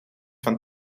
van